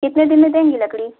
कितने दिन में देंगी लकड़ी